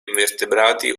invertebrati